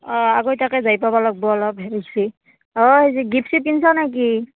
অঁ আগতীয়াকৈ যাই পাব লাগিব অলপ হেৰিছি অঁ হেৰি গিফ্টছ চিফ্ট কিনিছ নেকি